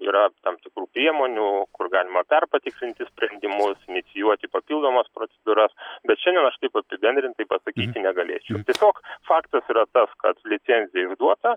yra tam tikrų priemonių kur galima perpatikrinti sprendimus inicijuoti papildomas procedūras bet šiandien aš taip apibendrintai pasakyti negalėčiau tiesiog faktas yra tas kad licencija išduota